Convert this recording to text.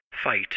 fight